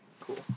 Cool